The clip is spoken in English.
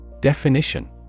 Definition